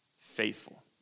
faithful